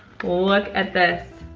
look at this.